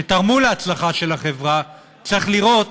שתרמו להצלחה של החברה, צריך לראות